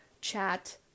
chat